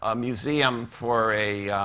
ah museum for a